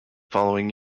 following